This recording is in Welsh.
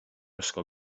ysgol